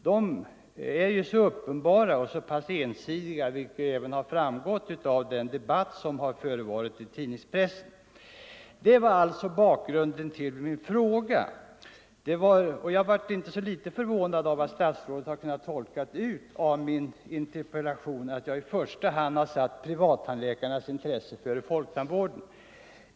De är uppenbara och tämligen ensidiga, vilket även framgått av en debatt som förts i tidningen Expressen. Detta var alltså bakgrunden. Jag blev inte så litet förvånad av att statsrådet kunnat läsa ut av min interpellation att jag har satt privattandläkarnas intressen i första hand, före folktandvårdens.